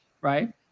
right